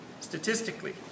statistically